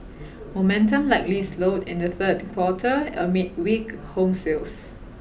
momentum likely slowed in the third quarter amid weak home sales